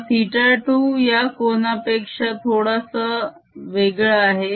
हा θ 2 या कोनापेक्षा थोडंसं वेगळा आहे